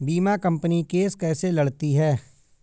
बीमा company case कैसे लड़ती है?